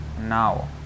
Now